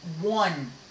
one